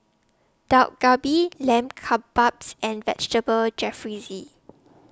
Dak Galbi Lamb Kebabs and Vegetable Jalfrezi